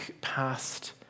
past